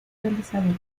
realizador